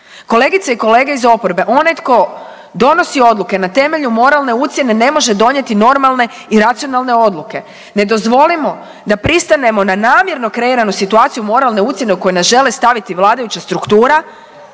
Kolegice i kolege iz oporbe, onaj tko donosi odluke na temelju moralne ucjene, ne može donijeti normalne i racionalne odluke. Ne dozvolimo da pristanemo na namjerno kreiranu situaciju moralne ucjene u koju nas žele staviti vladajuća struktura